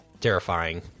terrifying